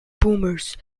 boomers